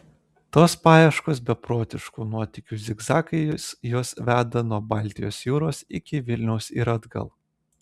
tos paieškos beprotiškų nuotykių zigzagais juos veda nuo baltijos jūros iki vilniaus ir atgal